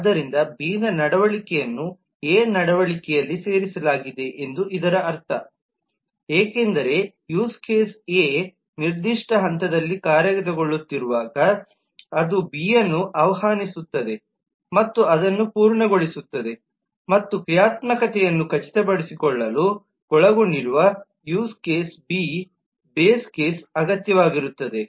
ಆದ್ದರಿಂದ ಬಿ ನ ನಡವಳಿಕೆಯನ್ನು ಎ ನಡವಳಿಕೆಯಲ್ಲಿ ಸೇರಿಸಲಾಗಿದೆ ಎಂದು ಇದರ ಅರ್ಥ ಏಕೆಂದರೆ ಯೂಸ್ ಕೇಸ್ ಎ ನಿರ್ದಿಷ್ಟ ಹಂತದಲ್ಲಿ ಕಾರ್ಯಗತಗೊಳ್ಳುತ್ತಿರುವಾಗ ಅದು ಬಿ ಅನ್ನು ಆಹ್ವಾನಿಸುತ್ತದೆ ಮತ್ತು ಅದನ್ನು ಪೂರ್ಣಗೊಳಿಸುತ್ತದೆ ಮತ್ತು ಕ್ರಿಯಾತ್ಮಕತೆಯನ್ನು ಖಚಿತಪಡಿಸಿಕೊಳ್ಳಲು ಒಳಗೊಂಡಿರುವ ಯೂಸ್ ಕೇಸ್ ಬಿಬೇಸ್ ಕೇಸ್ ಅಗತ್ಯವಾಗಿರುತ್ತದೆ